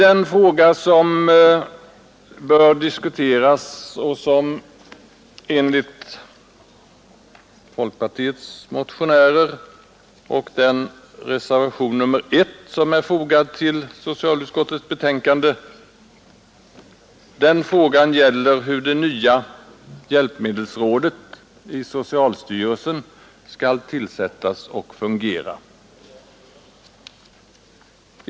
En fråga som enligt de folkpartistiska motionärernas mening och enligt vad som framgår av reservationen 1 vid socialutskottets betänkande nr 14 bör diskuteras är dock hur det nya hjälpmedelsrådet i socialstyrelsen skall tillsättas och fungera.